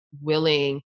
willing